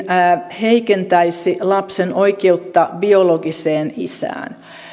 heikentäisi lapsen oikeutta biologiseen isään